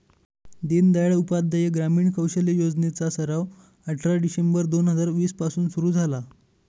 दीनदयाल उपाध्याय ग्रामीण कौशल्य योजने चा सराव अठरा डिसेंबर दोन हजार वीस पासून सुरू झाला